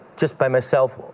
just by myself,